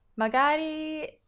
Magari